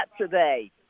today